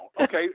okay